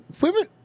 women